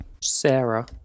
Sarah